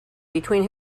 between